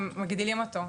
הם מגדילים אותו,